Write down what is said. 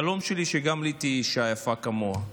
החלום שלי שגם לי תהיה אישה יפה כמוה.